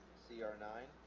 c r nine